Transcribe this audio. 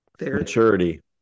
maturity